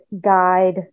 guide